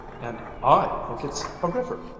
and i think it's a river.